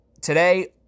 today